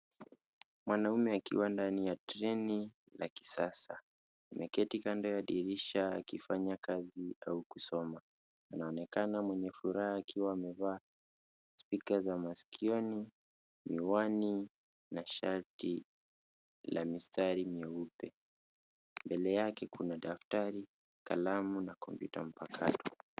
Mwanamume akiwa ndani ya treni ya kisasa, ameketi kando ya dirisha akifanya kazi huku akisoma na anaonekana mwenye furaha akiwa amevaa ya maskioni, miwani na shati la mistari mieupe. Mwlbele yake kuna daftari, kalamu na kompyuta mpakato.